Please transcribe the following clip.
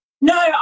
No